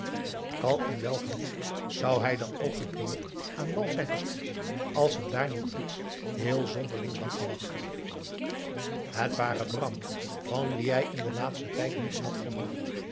kalm en welgemoed zou hij dan ook te priok aan wal zijn gestapt als hem daar niet iets heel zonderlings had gewacht het waren bram van wien hij in den laatsten tijd niets had gehoord